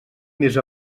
més